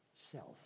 self